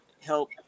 help